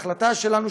ההחלטה שלנו,